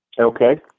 Okay